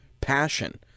passion